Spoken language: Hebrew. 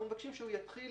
אנחנו מבקשים שהוא יתחיל